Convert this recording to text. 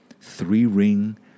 three-ring